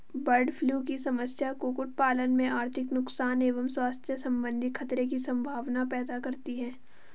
bird flu की समस्या कुक्कुट पालन में आर्थिक नुकसान एवं स्वास्थ्य सम्बन्धी खतरे की सम्भावना पैदा करती है